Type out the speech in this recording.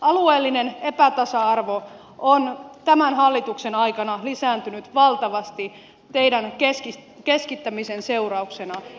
alueellinen epätasa arvo on tämän hallituksen aikana lisääntynyt valtavasti teidän keskittämisenne seurauksena